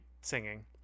singing